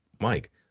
Mike